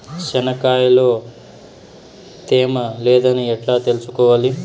చెనక్కాయ లో తేమ లేదని ఎట్లా తెలుసుకోవాలి?